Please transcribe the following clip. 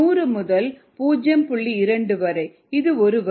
2 வரை இது ஒரு வரி